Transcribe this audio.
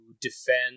defend